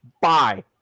bye